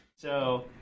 so,